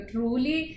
Truly